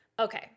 Okay